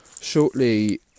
shortly